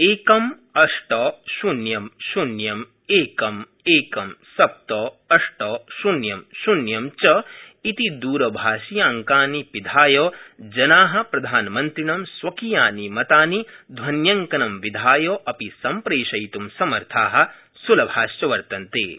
एकम् अष्ट शून्ये शून्ये एकम् एकम् एकम् सप्त अष्ट शून्ये शून्ये च इति दूरभाषीयांकानि पिधाय जना प्रधानमन्त्रिणं स्वकीयानि मतानि ध्वन्यंकनं विधाय अपि संप्रेषयितुं समर्था सुलभाश्व वर्तन्ते